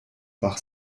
bach